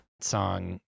song